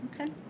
Okay